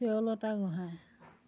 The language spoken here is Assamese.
কেৰুলতা গোহাঁই